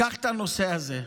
קח את הנושא הזה.